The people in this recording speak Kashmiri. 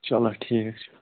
چلو ٹھیٖک چھُ